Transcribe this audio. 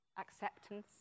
acceptance